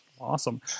Awesome